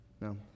No